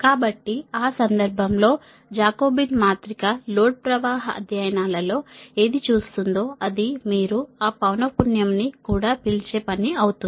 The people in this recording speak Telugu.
కాబట్టి ఆ సందర్భంలో జాకోబీన్ మాత్రిక లోడ్ ప్రవాహ అధ్యయనాలలో ఏది చూస్తుందో అది మీరు ఆ పౌనఃపున్యం ని కూడా పిలిచే పని అవుతుంది